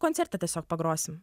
koncerte tiesiog pagrosim